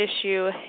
issue